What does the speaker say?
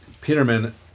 Peterman